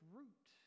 root